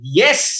yes